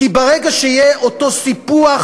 כי ברגע שיהיה אותו סיפוח,